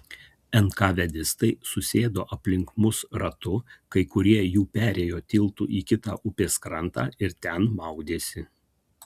enkavedistai susėdo aplink mus ratu kai kurie jų perėjo tiltu į kitą upės krantą ir ten maudėsi